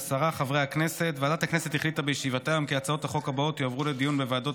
החלטת ועדת הכנסת בדבר העברת הצעת חוק מוועדה לוועדה.